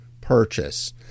purchase